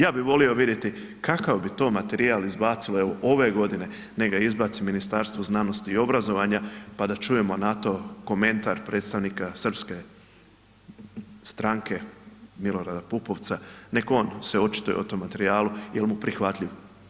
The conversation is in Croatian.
Ja bih volio vidjeti kakav bi to materijal izbacile ove godine nek ga izbaci Ministarstvo znanosti i obrazovanja pa da čujemo na to komentar predstavnika srpske stranke Milorada Pupovca nek se o on očituje o tom materijalu jel mu prihvatljiv.